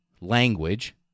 language